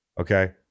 okay